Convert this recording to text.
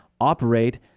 operate